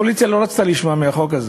הקואליציה לא רצתה לשמוע מהחוק הזה.